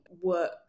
work